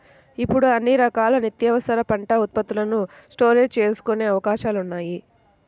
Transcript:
ఇప్పుడు అన్ని రకాల నిత్యావసరాల పంట ఉత్పత్తులను స్టోరేజీ చేసుకునే అవకాశాలున్నాయి